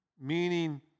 meaning